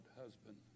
husband